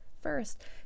First